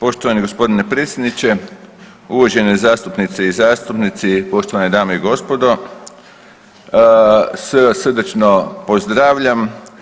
Poštovani g. predsjedniče, uvažene zastupnice i zastupnici, poštovane dame i gospodo, sve vas srdačno pozdravljam.